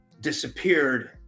disappeared